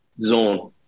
zone